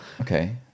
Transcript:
Okay